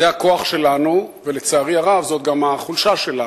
זה הכוח שלנו, ולצערי הרב זאת גם החולשה שלנו,